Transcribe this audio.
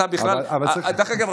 דרך אגב,